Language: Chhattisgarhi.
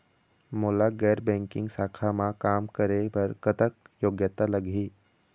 मोला गैर बैंकिंग शाखा मा काम करे बर कतक योग्यता लगही?